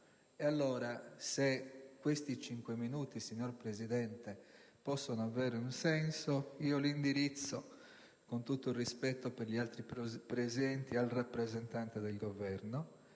Allora, se questi cinque minuti di intervento, signor Presidente, possono avere un senso, io li indirizzo, con tutto il rispetto per gli altri presenti, al rappresentante del Governo.